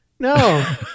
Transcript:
No